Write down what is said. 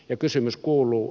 ja kysymys kuuluu